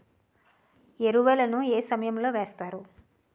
ఎరువుల ను ఏ సమయం లో వేస్తారు?